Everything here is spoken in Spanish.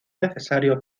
necesario